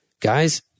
guys